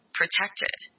protected